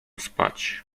spać